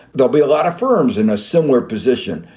there'll be a lot of firms in a similar position,